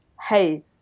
hey